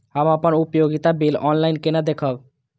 हम अपन उपयोगिता बिल ऑनलाइन केना देखब?